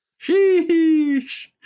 Sheesh